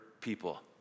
people